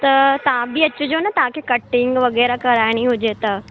त तव्हां बि अचिजो न तव्हांखे कटिंग वग़ैरह कराइणी हुजे त